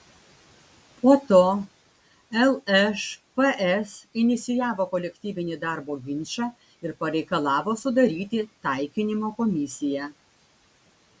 po to lšps inicijavo kolektyvinį darbo ginčą ir pareikalavo sudaryti taikinimo komisiją